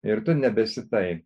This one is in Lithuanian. ir tu nebesi tai